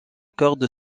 corde